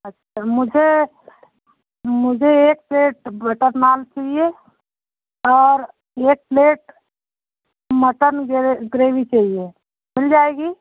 अच्छा मुझे मुझे एक प्लेट बटर नान चहिए और एक प्लेट मटन ग्रे ग्रेवी चाहिए मिल जाएगी